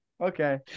Okay